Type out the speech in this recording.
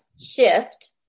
shift